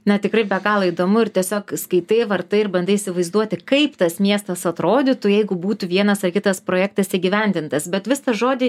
na tikrai be galo įdomu ir tiesiog skaitai vartai ir bandai įsivaizduoti kaip tas miestas atrodytų jeigu būtų vienas ar kitas projektas įgyvendintas bet vis tą žodį